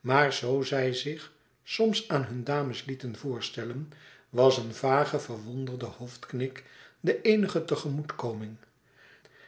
maar zoo zij zich soms aan hun dames liet voorstellen was een vage verwonderde hoofdknik de eenige tegemoetkoming